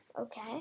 Okay